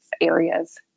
areas